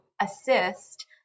assist